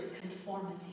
conformity